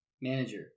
Manager